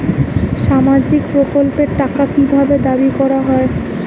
সামাজিক প্রকল্পের টাকা কি ভাবে দাবি করা হয়?